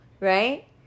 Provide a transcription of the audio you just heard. right